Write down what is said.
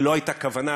הרי לא הייתה כוונה,